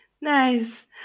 Nice